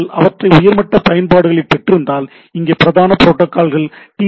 நீங்கள் அவற்றை உயர்மட்ட பயன்பாடுகளில் பெற்றிருந்தால் இங்கே பிரதான புரோட்டோக்கால் டி